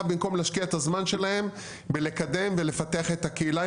במקום להשקיע את הזמן שלהם בלקדם ולפתח את הקהילה,